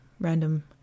random